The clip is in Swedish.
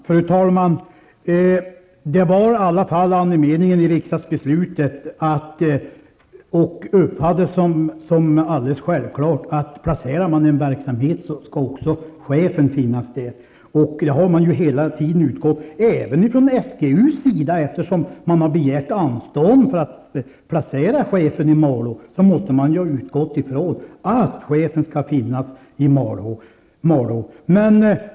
Fru talman! Andemeningen i riksdagsbeslutet var i alla fall att om man placerar en verksamhet i en viss ort skall även chefen finnas där. Det har man hela tiden utgått ifrån. Även SGU har utgått ifrån detta, eftersom man har begärt anstånd för att placera chefen i Malå.